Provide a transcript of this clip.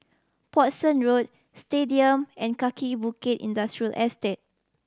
Portsdown Road Stadium and Kaki Bukit Industrial Estate